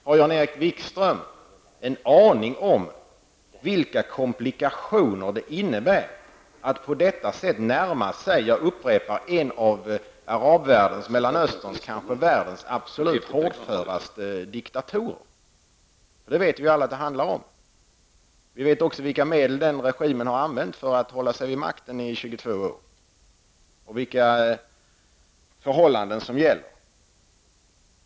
Har Jan-Erik Wikström en aning om vilka komplikationer det innebär att på detta sätt närma sig en av Mellanösterns, kanske världens, mest hårdföra diktatorer? Vi vet alla att det är vad det handlar om. Vi vet också vilka medel regimen har använt för att hålla sig vid makten i 22 år samt vilka förhållanden som råder där.